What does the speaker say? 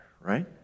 right